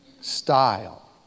style